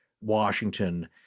washington